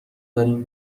داریم